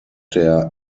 der